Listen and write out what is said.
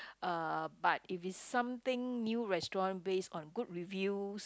uh but if it's something new restaurants based on good reviews